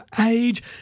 age